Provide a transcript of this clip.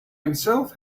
himself